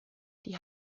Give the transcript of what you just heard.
die